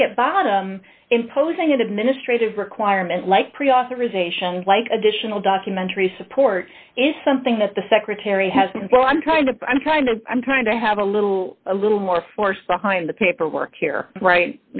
think at bottom imposing an administrative requirement like pre authorization like additional documentary support is something that the secretary has and so i'm trying to i'm trying to i'm trying to have a little a little more force behind the paperwork here right